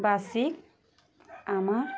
বার্ষিক অ্যামাউন্ট